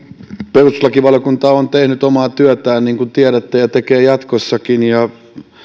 perustuslakivaliokunta on tehnyt omaa työtään niin kuin tiedätte ja tekee jatkossakin